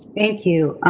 thank you.